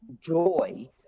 joy